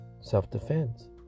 self-defense